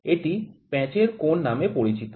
এটি প্যাঁচের কোণ নামে পরিচিত